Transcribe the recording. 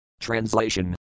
Translation